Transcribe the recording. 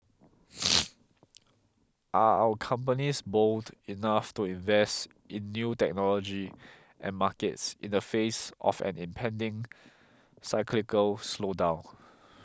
are our companies bold enough to invest in new technology and markets in the face of an impending cyclical slowdown